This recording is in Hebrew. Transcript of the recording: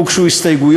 לא הוגשו הסתייגויות.